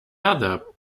other